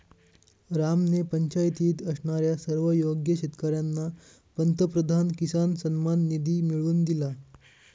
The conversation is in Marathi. रामने पंचायतीत असणाऱ्या सर्व योग्य शेतकर्यांना पंतप्रधान किसान सन्मान निधी मिळवून दिला